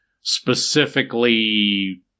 specifically